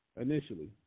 initially